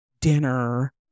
dinner